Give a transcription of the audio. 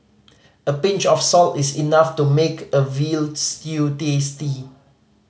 a pinch of salt is enough to make a veal stew tasty